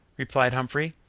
replied humphrey.